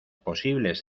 posibles